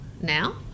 now